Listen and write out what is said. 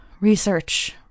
Research